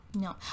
no